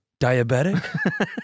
diabetic